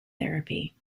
therapy